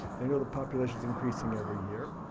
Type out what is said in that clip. they know the population is increasing every year,